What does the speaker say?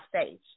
stage